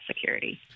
security